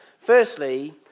Firstly